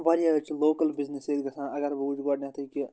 واریاہ حَظ چھِ لوکَل بزنِس ییٚتہِ گژھان اگر بہٕ وچھِ گۄڈٕنیتھٕے کہِ